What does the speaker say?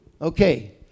Okay